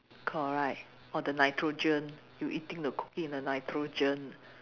correct or the nitrogen you eating the cookie in the nitrogen